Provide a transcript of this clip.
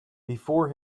before